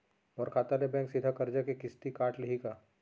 मोर खाता ले बैंक सीधा करजा के किस्ती काट लिही का?